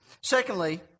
Secondly